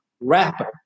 rapper